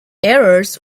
errors